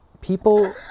people